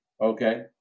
Okay